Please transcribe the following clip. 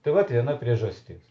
tai vat viena priežastis